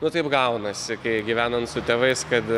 nu taip gaunasi kai gyvenant su tėvais kad